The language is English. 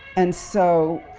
and so,